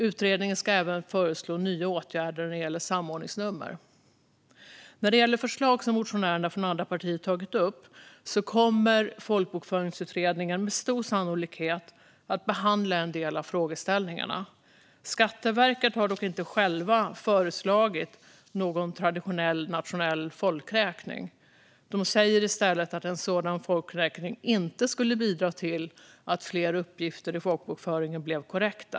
Utredningen ska även föreslå åtgärder när det gäller samordningsnummer. När det gäller förslag som motionärerna från andra partier tagit upp kommer Folkbokföringsutredningen med stor sannolikhet att behandla en del av frågeställningarna. Skatteverket har dock inte själva föreslagit någon traditionell nationell folkräkning. De säger i stället att en sådan folkräkning inte skulle bidra till att fler uppgifter i folkbokföringen blev korrekta.